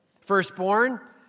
Firstborn